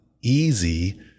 easy